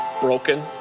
broken